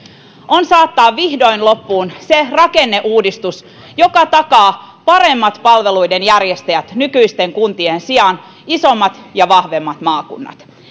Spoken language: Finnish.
on saattaa vihdoin loppuun se rakenneuudistus joka takaa paremmat palveluiden järjestäjät nykyisten kuntien sijaan isommat ja vahvemmat maakunnat